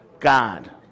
God